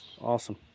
Awesome